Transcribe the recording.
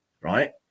right